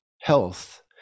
health